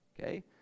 Okay